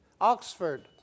Oxford